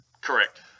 Correct